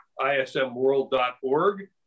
ismworld.org